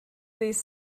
these